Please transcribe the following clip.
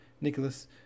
Nicholas